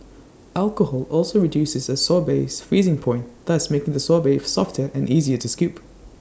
alcohol also reduces A sorbet's freezing point thus making the sorbet softer and easier to skip